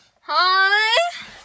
Hi